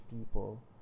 people